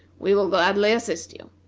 we will gladly assist you.